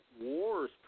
wars